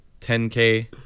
10K